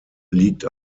liegt